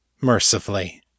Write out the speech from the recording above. mercifully